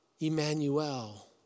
Emmanuel